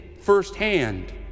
firsthand